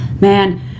man